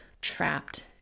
trapped